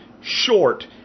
short